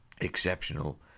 exceptional